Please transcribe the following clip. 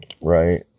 Right